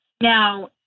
Now